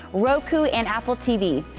roku and apple tv.